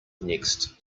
next